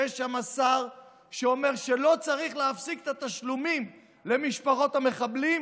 שיש שם שר שאומר שלא צריך להפסיק את התשלומים למשפחות המחבלים,